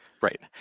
Right